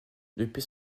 depuis